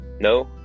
No